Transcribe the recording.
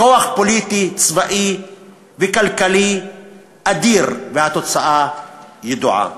בכוח פוליטי, צבאי וכלכלי אדיר, והתוצאה ידועה.